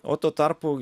o tuo tarpu